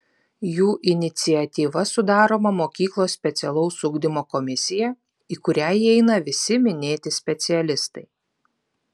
jų iniciatyva sudaroma mokyklos specialaus ugdymo komisija į kurią įeina visi minėti specialistai